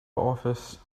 office